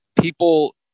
people